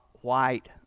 white